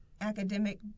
academic